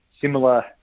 similar